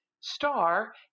star